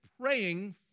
praying